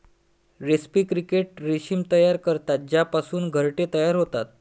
रेस्पी क्रिकेट रेशीम तयार करतात ज्यापासून घरटे तयार होतात